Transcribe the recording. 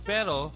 Pero